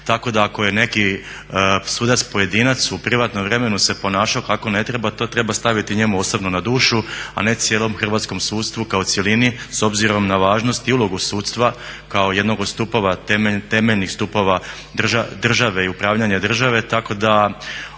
tako da ako je neki sudac pojedinac u privatnom vremenu se ponašao kako ne treba to treba staviti njemu osobno na dušu, a ne cijelom hrvatskom sustavu kao cjelini s obzirom na važnost i ulogu sudstva kao jednog od stupova, temeljnih stupova države i upravljanje države.